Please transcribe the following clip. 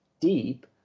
deep